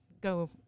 go